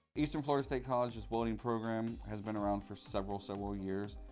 eastern florida state college's welding program has been around for several several years.